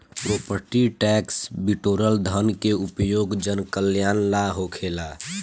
property tax से बिटोरल धन के उपयोग जनकल्यान ला होखेला